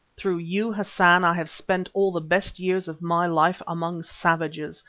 through you, hassan, i have spent all the best years of my life among savages,